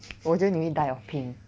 我觉得你会 die of pain